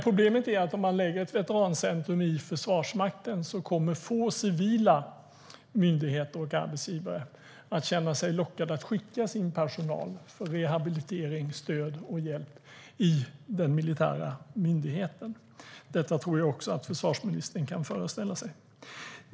Problemet är att om man lägger ett veterancentrum under Försvarsmakten kommer få civila myndigheter och arbetsgivare att känna sig lockade att skicka sin personal för rehabilitering, stöd och hjälp där. Detta tror jag att också försvarsministern kan föreställa sig.